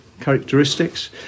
characteristics